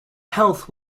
health